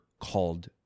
called